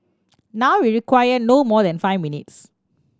now we require no more than five minutes